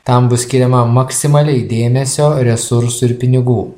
tam bus skiriama maksimaliai dėmesio resursų ir pinigų